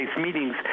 meetings